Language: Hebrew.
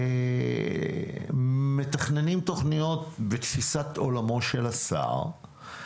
ומתכננים תוכניות בתפיסת עולמו של השר,